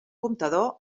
comptador